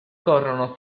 corrono